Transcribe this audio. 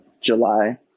july